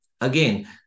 again